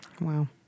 Wow